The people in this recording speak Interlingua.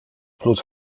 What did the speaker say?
plus